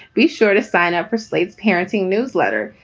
be sure to sign up for slate's parenting newsletter.